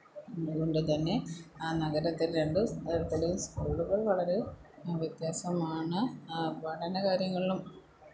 അതുകൊണ്ടു തന്നെ ആ നഗരത്തില് രണ്ട് തരത്തിലെയും സ്കൂളുകള് വളരെ വ്യത്യാസമാണ് പഠന കാര്യങ്ങളിലും